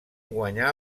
guanyà